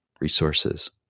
resources